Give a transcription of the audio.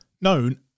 known